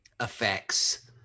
effects